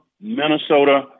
Minnesota